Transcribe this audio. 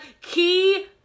key